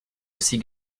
aussi